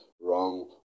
wrong